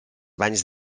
banys